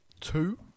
two